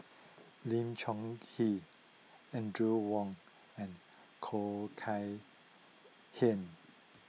Lim Chong Keat Audrey Wong and Khoo Kay Hian